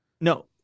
No